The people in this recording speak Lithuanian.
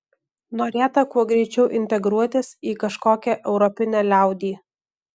norėta kuo greičiau integruotis į kažkokią europinę liaudį